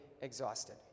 exhausted